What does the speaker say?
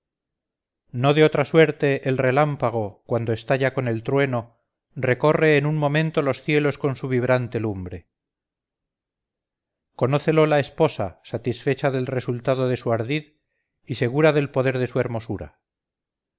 no de otra suerte el relámpago cuando estalla con el trueno recorre en un momento los cielos con su vibrante lumbre conócelo la esposa satisfecha del resultado de su ardid y segura del poder de su hermosura